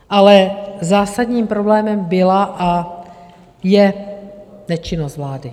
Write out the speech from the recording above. Ale zásadním problémem byla a je nečinnost vlády.